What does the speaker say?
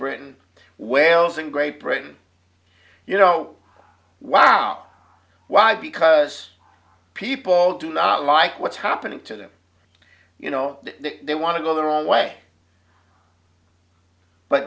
britain wells in great britain you know wow why because people do not like what's happening to them you know they want to go their own way but